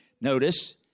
Notice